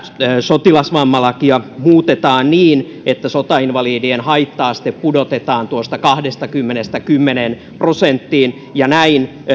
sotilasvammalakia muutetaan niin että sotainvalidien haitta aste pudotetaan tuosta kahdestakymmenestä kymmeneen prosenttiin ja näin